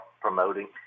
promoting